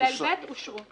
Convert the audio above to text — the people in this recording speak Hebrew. כולל (ב) אושרו.